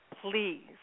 please